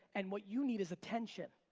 and what you need is attention.